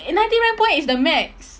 ninety nine point is the max